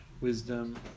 wisdom